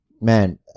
Man